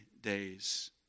days